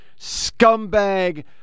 scumbag